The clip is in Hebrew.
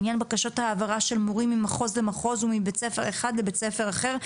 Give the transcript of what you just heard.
בעניין בקשות ההעברה של מורים ממחוז למחוז ומבית-ספר אחד לבית-ספר אחר,